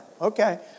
okay